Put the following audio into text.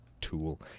tool